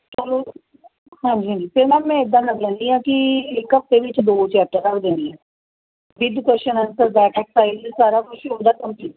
ਚਲੋ ਹਾਂਜੀ ਹਾਂਜੀ ਅਤੇ ਮੈਮ ਮੈਂ ਇੱਦਾਂ ਕਰ ਲੈਂਦੀ ਹਾਂ ਕਿ ਇੱਕ ਹਫਤੇ ਵਿੱਚ ਦੋ ਚੈਪਟਰ ਰੱਖ ਦਿੰਦੀ ਹਾਂ with question answer back exercise ਸਾਰਾ ਕੁਛ ਉਹਦਾ ਕੰਪਲੀਟ